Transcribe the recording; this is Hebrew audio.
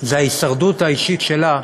זה ההישרדות האישית שלה,